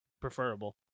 preferable